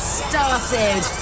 started